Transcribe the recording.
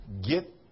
get